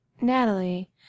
Natalie